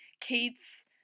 Kate's